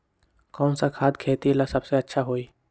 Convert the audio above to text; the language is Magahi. कौन सा खाद खेती ला सबसे अच्छा होई?